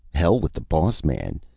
hell with the boss man.